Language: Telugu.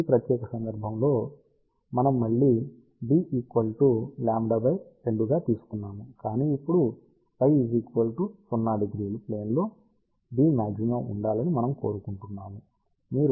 ఈ ప్రత్యేక సందర్భంలో మనం మళ్ళీ d λ 2 గా తీసుకున్నాము కాని ఇప్పుడు φ 00 ప్లేన్ లో బీమ్ మాగ్జిమా ఉండాలని మనము కోరుకుంటున్నాము